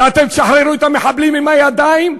ואתם תשחררו את המחבלים עם דם על הידיים,